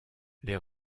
les